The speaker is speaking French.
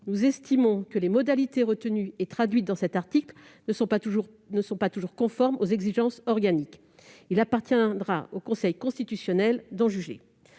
nous estimons que les modalités retenues et traduites dans cet article ne sont pas toujours conformes aux exigences organiques. Il appartiendra au Conseil constitutionnel d'en juger.